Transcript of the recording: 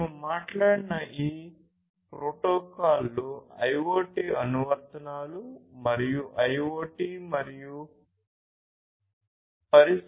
మేము మాట్లాడిన ఈ ప్రోటోకాల్లు IoT అనువర్తనాలు మరియు IoT మరియు పరిశ్రమ 4